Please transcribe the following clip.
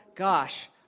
gosh,